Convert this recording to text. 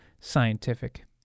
scientific